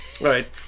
Right